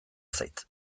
zait